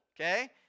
okay